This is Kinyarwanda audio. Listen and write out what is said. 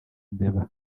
mbeba